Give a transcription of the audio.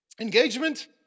Engagement